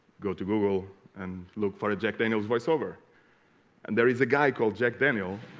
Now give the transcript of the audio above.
go to google and look for a jack daniels voice over and there is a guy called jack daniel